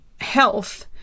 health